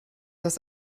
das